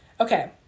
Okay